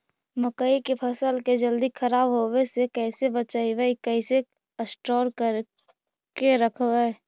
मकइ के फ़सल के जल्दी खराब होबे से कैसे बचइबै कैसे स्टोर करके रखबै?